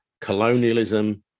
colonialism